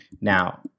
Now